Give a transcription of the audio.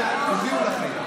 תודיעו לחייט.